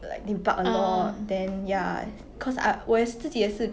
orh ya